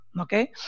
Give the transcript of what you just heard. okay